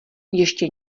ještě